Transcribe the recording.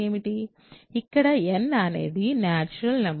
ఇక్కడ n అనేది natural number